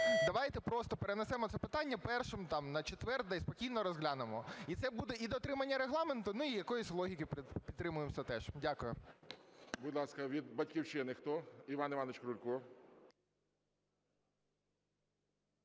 давайте просто перенесемо це питання першим там на четвер і спокійно розглянемо. І це буде і дотримання Регламенту, і якоїсь логіки притримуємося теж. Дякую. ГОЛОВУЮЧИЙ. Будь ласка, від "Батьківщини" хто? Іван Іванович Крулько.